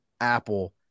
Apple